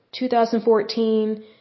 2014